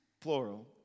plural